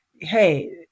hey